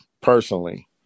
personally